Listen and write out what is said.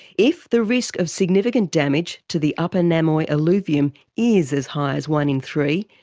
if the risk of significant damage to the upper namoi alluvium is as high as one in three,